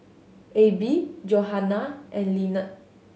Abie Johannah and Lynnette